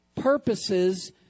purposes